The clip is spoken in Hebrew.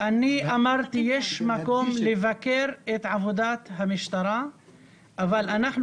אני אמרתי שיש מקום לבקר את עבודת המשטרה אבל אנחנו,